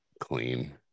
clean